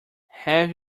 have